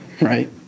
right